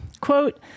Quote